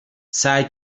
سعی